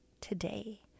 today